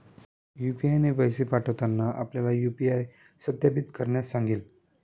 UPI ने पैसे पाठवताना आपल्याला यू.पी.आय सत्यापित करण्यास सांगेल